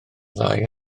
ddau